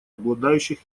обладающих